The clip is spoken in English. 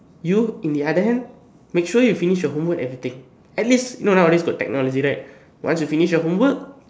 you in the other hand make sure you finish your homework and everything at least you know nowadays got technology right once you finish your homework